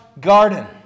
garden